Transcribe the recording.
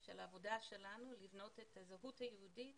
של העבודה שלנו היא לבנות את הזהות היהודית